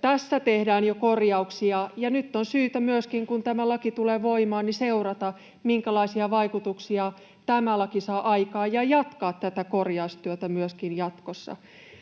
Tässä tehdään jo korjauksia, ja nyt on syytä myöskin, kun tämä laki tulee voimaan, seurata, minkälaisia vaikutuksia tämä laki saa aikaan, ja jatkaa tätä korjaustyötä myöskin jatkossa.